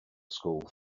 school